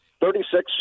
Thirty-six